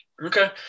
Okay